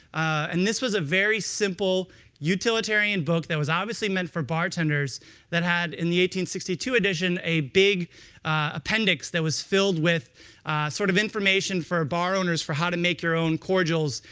and this was a very simple utilitarian book, that was obviously meant for bartenders that had in the sixty two addition a big appendix that was filled with sort of information for bar owners for how to make your own cordials,